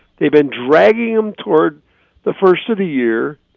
they've been dragging them toward the first of the year,